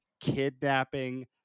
kidnapping